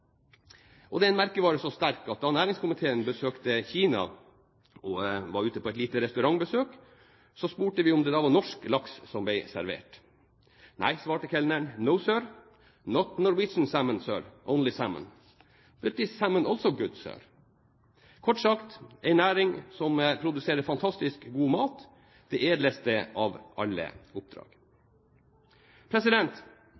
så sterk at da næringskomiteen besøkte Kina og var på et lite restaurantbesøk, spurte vi om det var norsk laks som ble servert. Kelneren svarte: No sir, not Norwegian salmon, only salmon, but this salmon is also good, sir. Det er kort sagt en næring som produserer fantastisk god mat – det edleste av alle